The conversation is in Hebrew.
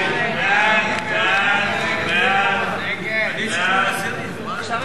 גש נא למקומך.